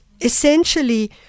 essentially